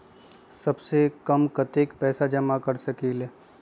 सबसे कम कतेक पैसा जमा कर सकेल?